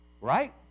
Right